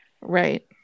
Right